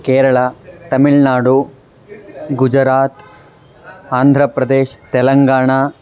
केरळा तमिळ्नाडु गुजरातं आन्ध्रप्रदेशः तेलङ्गाणा